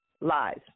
Lies